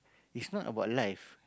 is not about life